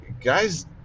Guys